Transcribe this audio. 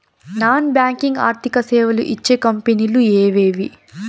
Non banking ఆర్థిక సేవలు ఇచ్చే కంపెని లు ఎవేవి?